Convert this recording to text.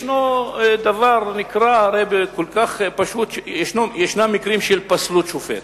יש הרי דבר כל כך פשוט, ישנם מקרים של פסלות שופט.